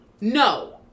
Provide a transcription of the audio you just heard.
No